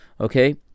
Okay